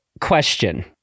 question